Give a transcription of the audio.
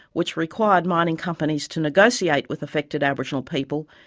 which required mining companies to negotiate with affected aboriginal people,